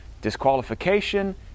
Disqualification